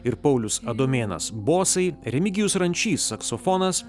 ir paulius adomėnas bosai remigijus rančys saksofonas